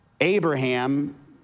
Abraham